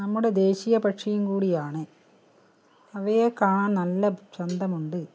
നമ്മുടെ ദേശീയ പക്ഷിയും കൂടിയാണ് അവയേക്കാണാൻ നല്ല ചന്തമുണ്ട്